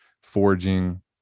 forging